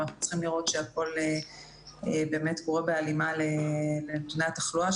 אבל אנחנו צריכים לראות שהכול קורה באמת בהלימה לנתוני התחלואה,